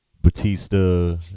Batista